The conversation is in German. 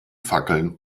fackeln